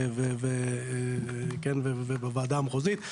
ובוועדה המחוזית,